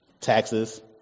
taxes